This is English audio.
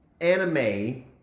anime